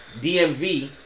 DMV